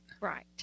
Right